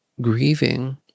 grieving